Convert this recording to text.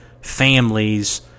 families